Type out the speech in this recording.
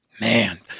man